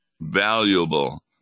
valuable